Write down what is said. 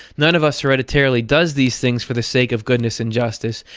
none of us hereditarily does these things for the sake of goodness and justice.